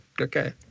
Okay